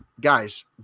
guys